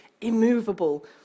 immovable